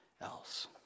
else